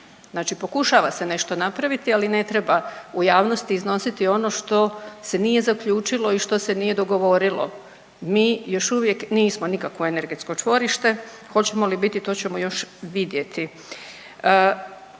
Znači pokušava se nešto napraviti, ali ne treba u javnosti iznositi ono što se nije zaključilo i što se nije dogovorilo. Mi još uvijek nismo nikakvo energetsko čvorište. Hoćemo li biti, to ćemo još vidjeti.